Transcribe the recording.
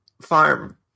farm